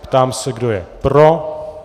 Ptám se, kdo je pro.